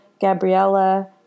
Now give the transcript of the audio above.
Gabriella